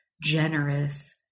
generous